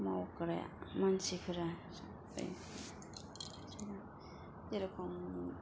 मावग्रा मानसिफोरा जेरोखोम